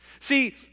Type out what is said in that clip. See